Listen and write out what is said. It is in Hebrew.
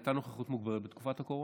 הייתה נוכחות מוגברת בתקופת הקורונה.